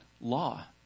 law